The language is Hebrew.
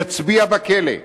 יצביע בכלא,